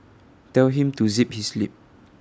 tell him to zip his lip